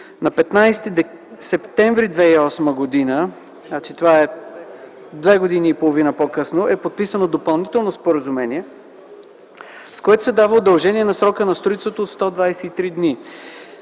На 15 септември 2008 г. – две години и половина по-късно, е подписано допълнително споразумение, с което се дава удължение на срока на строителството със 123 дни